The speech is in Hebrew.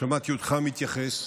שמעתי אותך מתייחס,